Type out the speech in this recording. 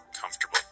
comfortable